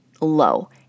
low